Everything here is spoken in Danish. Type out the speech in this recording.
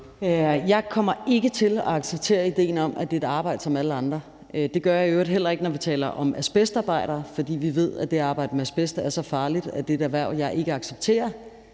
Jeg kommer ikke til at acceptere idéen om, at det er et arbejde som alt andet arbejde. Det gør jeg i øvrigt heller ikke, når vi taler om asbestarbejdere. Fordi vi ved, at det at arbejde med asbest er så farligt, er det er et erhverv, jeg ikke accepterer,